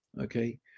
okay